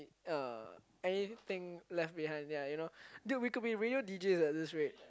uh anything left behind yeah you know dude we could be radio deejay at this rate